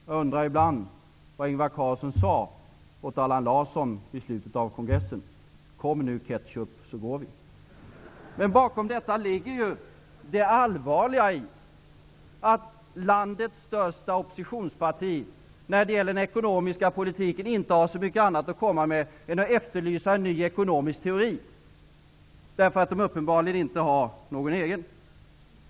Jag undrar ibland vad Ingvar Carlsson sade åt Allan Larsson i slutet av kongressen: Kom nu ketchup så går vi. Bakom detta ligger det allvarliga i att landets största oppositionsparti när det gäller den ekonomiska politiken inte har så mycket annat att komma med än en efterlysning av en ny ekonomisk teori, därför att man uppenbarligen inte har någon egen.